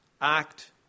act